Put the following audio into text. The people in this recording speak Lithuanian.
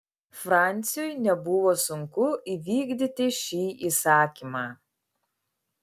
franciui nebuvo sunku įvykdyti šį įsakymą